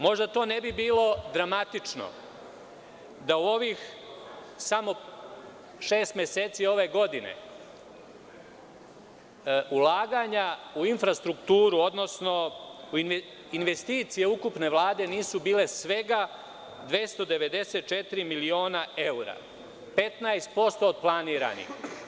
Možda to ne bi bilo dramatično da u ovih samo šest meseci ove godine ulaganja u infrastrukturu, odnosno investicije ukupne vlade nisu bile svega 294 miliona evra, 15% od planiranih.